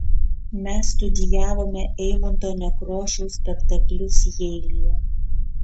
mes studijavome eimunto nekrošiaus spektaklius jeilyje